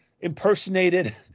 impersonated